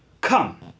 Come